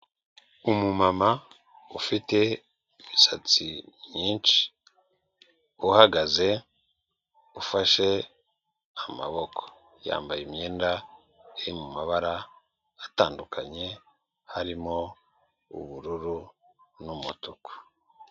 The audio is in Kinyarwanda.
Umumama ufite imisatsi myinshi uhagaze ufashe amaboko, yambaye imyenda iri mu mabara atandukanye harimo ubururu n'umutuku.